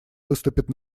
выступит